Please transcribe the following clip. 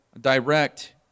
direct